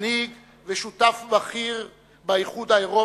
כמנהיג ושותף בכיר באיחוד האירופי,